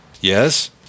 Yes